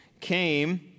came